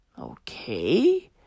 Okay